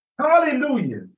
Hallelujah